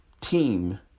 team